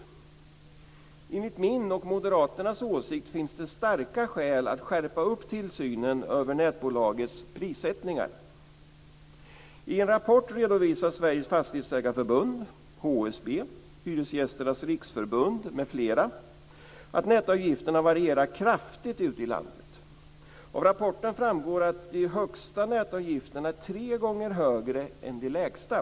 Enligt min och Moderaternas åsikt finns det starka skäl att skärpa tillsynen över nätbolagens prissättningar. I en rapport redovisar Sveriges Fastighetsägarförbund, HSB, Hyresgästernas Riksförbund m.fl. att nätavgifterna varierar kraftigt ute i landet. Av rapporten framgår att de högsta nätavgifterna är tre gånger högre än de lägsta.